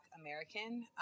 American